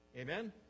Amen